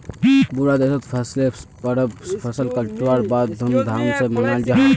पूरा देशोत फसलेर परब फसल कटवार बाद धूम धाम से मनाल जाहा